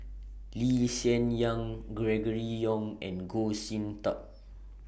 Lee Hsien Yang Gregory Yong and Goh Sin Tub